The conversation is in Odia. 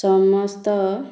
ସମସ୍ତ